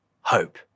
hope